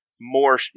more